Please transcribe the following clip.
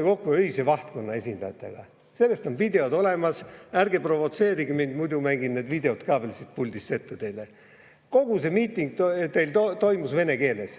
kokku Öise Vahtkonna esindajatega. Sellest on videod olemas. Ärge provotseerige mind, muidu mängin need videod ka veel siit puldist ette. Kogu see miiting toimus vene keeles.